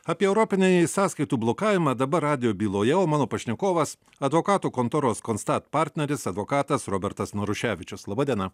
apie europinį sąskaitų blokavimą dabar radijo byloje o mano pašnekovas advokatų kontoros constat partneris advokatas robertas naruševičius laba diena